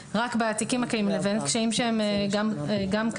שהם רק בתיקים הקיימים לבין הקשיים שהם גם קדימה.